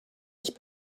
ich